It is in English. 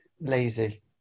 lazy